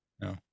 No